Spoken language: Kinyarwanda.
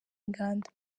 inganda